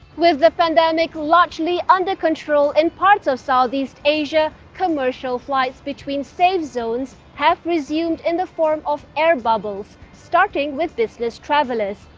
with the pandemic largely under control in parts of southeast asia, commercial flights between safe zones have resumed in the form of air bubbles, starting with business travelers.